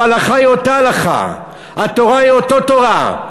הרי ההלכה היא אותה הלכה, התורה היא אותה תורה.